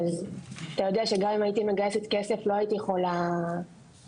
אתה יודע שגם אם הייתי מגייסת כסף לא הייתי יכולה להישאר